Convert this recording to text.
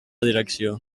direcció